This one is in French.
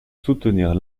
soutenir